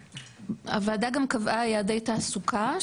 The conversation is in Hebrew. הוועדה גם קבעה יעדי תעסוקה,